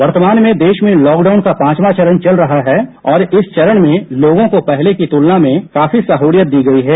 वर्तमान में देश में लॉकडाउन का पांचवा चरण चल रहा है और इस चरण में लोगों को पहले की तुलना में काफी सहूलियत दी गई है